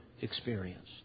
experience